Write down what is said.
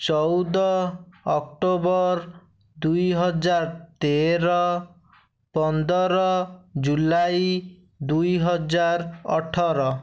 ଚଉଦ ଅକ୍ଟୋବର ଦୁଇହଜାର ତେର ପନ୍ଦର ଜୁଲାଇ ଦୁଇହଜାର ଅଠର